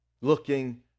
looking